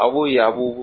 ಅವು ಯಾವುವು